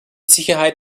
sicherheit